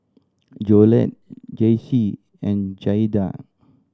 Jolette Jayce and Jaeda